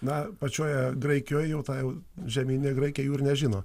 na pačioje graikijoj jau ta jau žemyninė graikija jų ir nežino